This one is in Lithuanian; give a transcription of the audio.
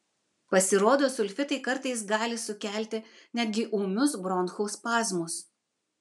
pasirodo sulfitai kartais gali sukelti netgi ūmius bronchų spazmus